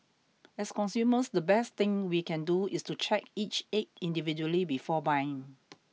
as consumers the best thing we can do is to check each egg individually before buying